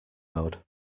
mode